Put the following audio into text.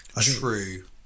true